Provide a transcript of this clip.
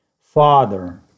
Father